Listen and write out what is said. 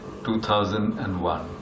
2001